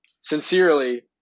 Sincerely